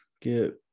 get